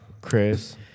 Chris